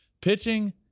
pitching